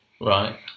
Right